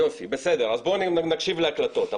בסדר, יופי, אז בוא נקשיב להקלטות.